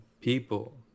people